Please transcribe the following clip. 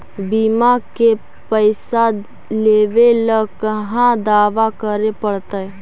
बिमा के पैसा लेबे ल कहा दावा करे पड़तै?